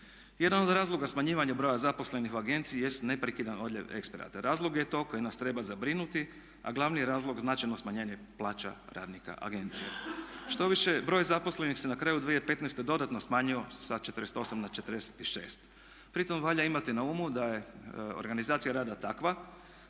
Jedan od razloga smanjivanja broja zaposlenih u agenciji jest neprekidan odljev eksperata. Razlog je to koji nas treba zabrinuti, a glavni razlog je značajno smanjenje plaća radnika agencija. Štoviše broj zaposlenih se na kraju 2015. dodatno smanjio sa 48 na 46. Pri tome valja imati na umu da je organizacija rada takva